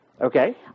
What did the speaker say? Okay